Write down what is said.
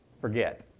forget